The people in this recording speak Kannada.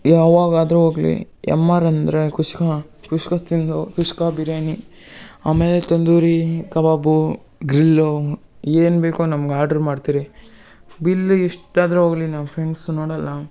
ಯಾವಾಗಾದರೂ ಹೋಗ್ಲಿ ಎಮ್ ಆರ್ ಅಂದರೆ ಕುಷ್ಕ ಕುಷ್ಕ ತಿಂದು ಕುಷ್ಕ ಬಿರ್ಯಾನಿ ಆಮೇಲೆ ತಂದೂರಿ ಕಬಾಬು ಗ್ರಿಲ್ಲು ಏನು ಬೇಕೋ ನಮ್ಗೆ ಆರ್ಡ್ರ್ ಮಾಡ್ತಿವಿ ಬಿಲ್ಲು ಎಷ್ಟಾದರೂ ಹೋಗ್ಲಿ ನಮ್ಮ ಫ್ರೆಂಡ್ಸು ನೋಡೋಲ್ಲ